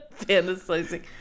Fantasizing